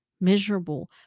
miserable